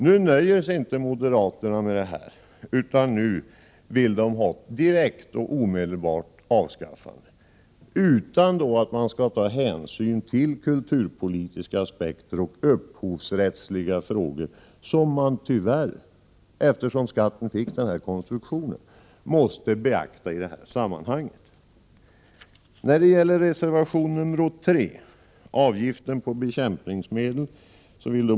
Nu nöjer sig moderaterna inte med detta utan de kräver ett omedelbart avskaffande, utan att hänsyn tas till de kulturpolitiska aspekter och upphovsrättsliga frågor som man — tyvärr, med tanke på skattens konstruktion — måste beakta i detta sammanhang. Reservation 3 gäller avgiften på bekämpningsmedel.